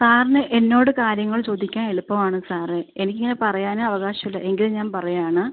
സാറിന് എന്നോട് കാര്യങ്ങൾ ചോദിക്കാൻ എളുപ്പം ആണ് സാറേ എനിക്കിങ്ങനെ പറയാൻ അവകാശം ഇല്ല എങ്കിലും ഞാൻ പറയുവാണ്